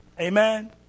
Amen